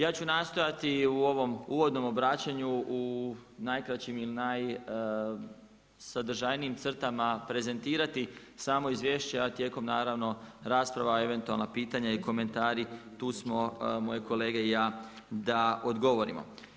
Ja ću nastojati u ovom uvodnom obraćenju u najkraćim ili najsadržajnijim crtama prezentirati samo izvješće, a tijekom naravno rasprava o eventualna pitanja i komentari, tu smo moje kolege i ja da odgovorimo.